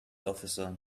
officer